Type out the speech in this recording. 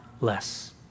less